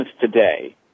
today